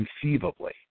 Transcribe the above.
conceivably